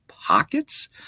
pockets